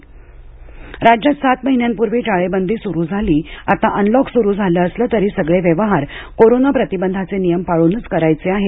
गुन्हे राज्यात सात महिन्यांपूर्वी टाळेबंदी सुरू झाली आता अनलॉक सुरू झालं असलं तरी सगळे व्यवहार कोरोना प्रतिबंधाचे नियम पाळूनच करायचे आहेत